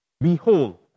Behold